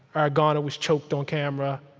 ah garner was choked on camera.